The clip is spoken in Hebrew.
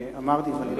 דבריו, חבר הכנסת בילסקי.